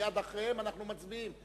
מייד אחריהם אנחנו מצביעים,